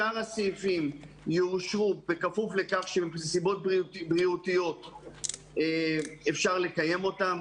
שאר הסעיפים יאושרו בכפוף לכך שבנסיבות בריאותיות אפשר לקיים אותם.